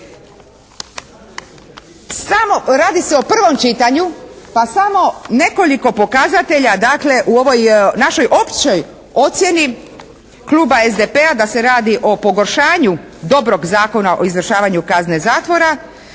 radi se o prvom čitanju pa samo nekoliko pokazatelja dakle u ovoj našoj općoj ocjeni kluba SDP-a da se radi o pogoršanju dobrog Zakona o izvršavanju kazne zatvora.